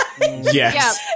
Yes